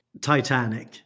Titanic